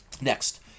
Next